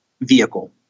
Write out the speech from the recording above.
vehicle